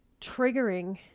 triggering